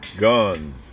guns